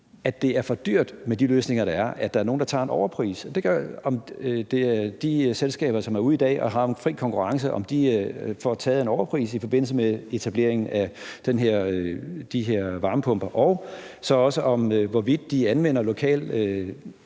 faktisk er for dyrt med de løsninger, der er, det vil sige, om der er nogle, der tager en overpris, altså om de selskaber, som i dag er i en fri konkurrence, får taget en overpris i forbindelse med etableringen af de her varmepumper, og hvorvidt de anvender lokale